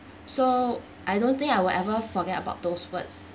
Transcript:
so I don't think I will ever forget about those words